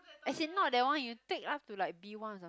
as in not that one you take up to like B-one or some~